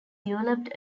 developed